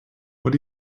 what